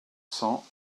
cent